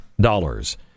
dollars